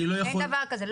אין דבר כזה,